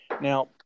Now